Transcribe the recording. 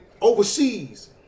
overseas